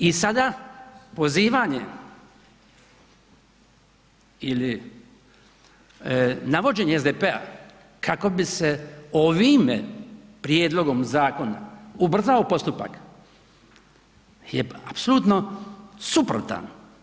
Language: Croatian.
I sada pozivanje ili navođenje SDP-a kako bi se ovim prijedlogom zakona ubrzao postupak je apsolutno suprotan.